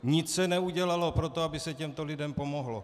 Nic se neudělalo pro to, aby se těmto lidem pomohlo.